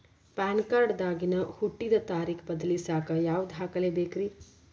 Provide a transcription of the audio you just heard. PAN card ದಾಗಿನ ಹುಟ್ಟಿದ ತಾರೇಖು ಬದಲಿಸಾಕ್ ಯಾವ ದಾಖಲೆ ಬೇಕ್ರಿ?